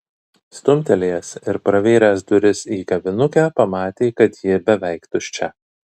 stumtelėjęs ir pravėręs duris į kavinukę pamatė kad ji beveik tuščia